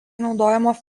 naudojama